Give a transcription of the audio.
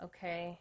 Okay